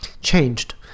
changed